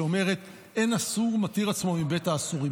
שאומר: אין אסור מתיר עצמו מבית האסורים,